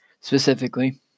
specifically